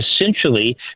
essentially